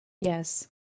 Yes